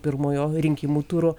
pirmojo rinkimų turo